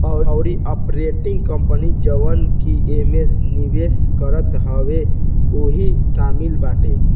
अउरी operating company जवन की एमे निवेश करत हवे उहो शामिल बाटे